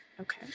Okay